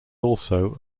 also